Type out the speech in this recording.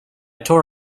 tore